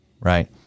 right